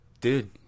Dude